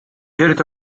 irid